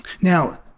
Now